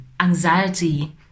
anxiety